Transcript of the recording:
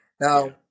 Now